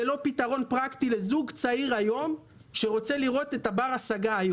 זה לא פתרון פרקטי לזוג צעיר שרוצה לראות היום את דיור בר ההשגה.